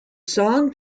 song